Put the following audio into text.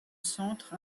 centre